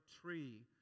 tree